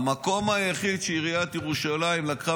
המקום היחיד שעיריית ירושלים לקחה